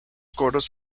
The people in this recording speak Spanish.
coros